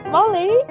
Molly